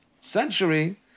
century